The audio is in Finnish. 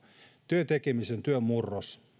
työn tekemisen ja työn murros